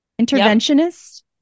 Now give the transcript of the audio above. Interventionist